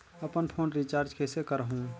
अपन phone recharge कइसे करहु?